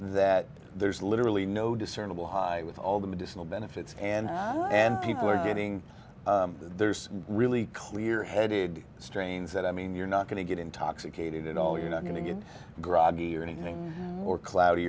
that there's literally no discernible high with all the medicinal benefits and i and people are getting there's really clear headed strains that i mean you're not going to get intoxicated at all you're not going to get groggy or anything more cloudy